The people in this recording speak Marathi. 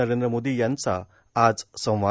नरेंद्र मोदी यांचा संवाद